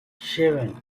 seven